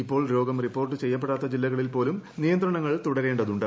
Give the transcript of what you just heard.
ഇപ്പോൾ രോഗം റിപ്പോർട്ട് ചെയ്യപ്പെടാത്ത ജില്ലകളിൽ പോലും നിയന്ത്രണങ്ങൾ ് തുടരേണ്ടതുണ്ട്